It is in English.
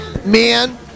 Man